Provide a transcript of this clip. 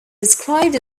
described